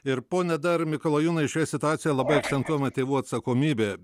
ir pone dar mikalajūnai šioje situacijoje labai akcentuojama tėvų atsakomybė